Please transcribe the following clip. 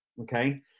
okay